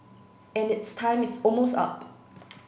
and its time is almost up